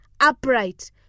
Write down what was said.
upright